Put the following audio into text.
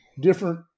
different